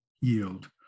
yield